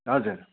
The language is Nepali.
हजुर